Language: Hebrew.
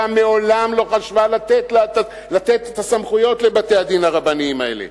מעולם לא חשבה לתת בהם את הסמכויות לבתי-הדין הרבניים האלה.